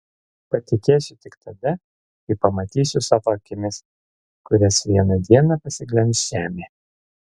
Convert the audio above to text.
patikėsiu tik tada kai pamatysiu savo akimis kurias vieną dieną pasiglemš žemė